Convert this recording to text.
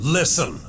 listen